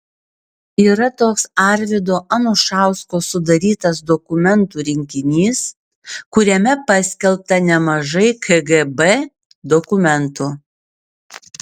yra toks arvydo anušausko sudarytas dokumentų rinkinys kuriame paskelbta nemažai kgb dokumentų